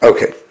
Okay